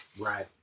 right